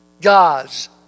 gods